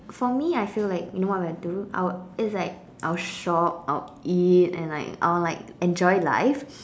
for me I feel like you know what will I do I will it's like I'll shop I'll eat and like I'll like enjoy life